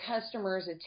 customer's